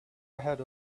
ahead